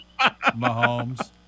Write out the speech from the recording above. Mahomes